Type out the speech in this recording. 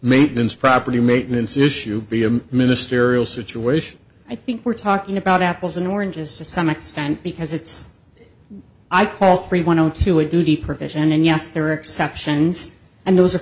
maintenance property maintenance issue be a ministerial situation i think we're talking about apples and oranges to some extent because it's i call three one two a duty provision and yes there are exceptions and those are